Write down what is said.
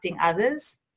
others